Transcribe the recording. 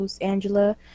Angela